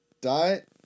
diet